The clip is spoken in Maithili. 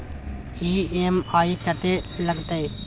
ई.एम.आई कत्ते लगतै?